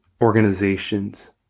organizations